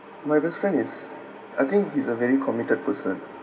my best friend is I think he's a very committed person